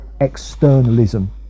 externalism